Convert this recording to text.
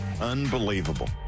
Unbelievable